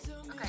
Okay